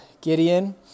Gideon